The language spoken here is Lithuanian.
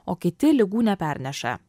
o kiti ligų neperneša